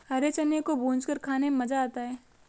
हरे चने को भूंजकर खाने में मज़ा आता है